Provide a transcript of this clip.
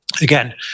Again